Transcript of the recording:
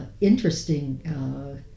interesting